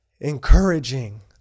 encouraging